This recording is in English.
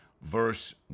verse